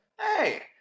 Hey